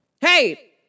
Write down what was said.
Hey